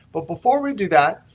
but before we do that,